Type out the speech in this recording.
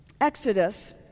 Exodus